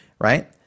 right